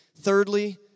Thirdly